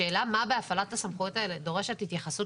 השאלה מה בהפעלת הסמכויות האלה דורש התייחסות